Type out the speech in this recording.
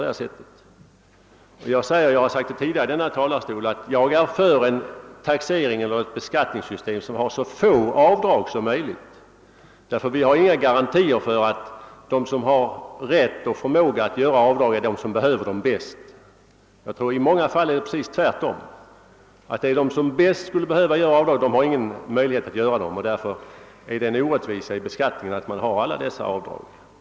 Jag upprepar vad jag tidigare sagt från denna talarstol, att jag är för ett beskattningssystem med så få avdrag som möjligt. Vi har nämligen inga garantier för att de som har rätt och förmåga att göra avdrag är de som behöver dem bäst. Jag tror att det i många fall är precis tvärtom; de som bäst skulle behöva göra avdrag har inte någon möjlighet att göra dem. Därför är det generellt sett en orättvisa i beskattningen att alla dessa avdragsmöjligheter finns.